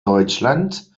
deutschland